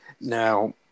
now